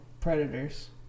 Predators